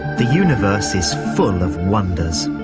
the universe is full of wonders.